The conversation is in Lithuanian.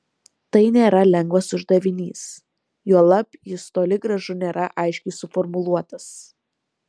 tai nėra lengvas uždavinys juolab jis toli gražu nėra aiškiai suformuluotas